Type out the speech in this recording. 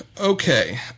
Okay